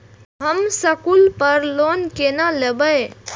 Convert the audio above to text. हम स्कूल पर लोन केना लैब?